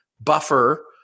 buffer